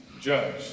Judge